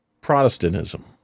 Protestantism